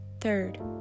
third